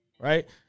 right